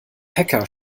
hacker